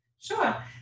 Sure